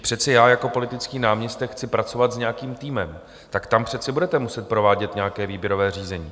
Přece já jako politický náměstek chci pracovat s nějakým týmem, tak tam přece budete muset provádět nějaké výběrové řízení.